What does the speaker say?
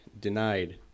denied